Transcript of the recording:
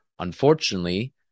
Unfortunately